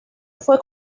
fue